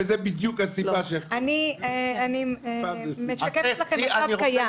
וזו בדיוק הסיבה ש --- אני משקפת לכם מצב קיים.